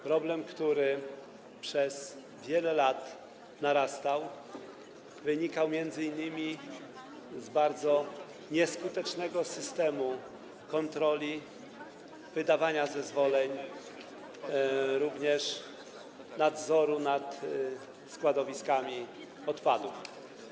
Problem, który przez wiele lat narastał, wynikał m.in. z bardzo nieskutecznego systemu kontroli wydawania zezwoleń, również nadzoru nad składowiskami odpadów.